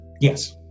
Yes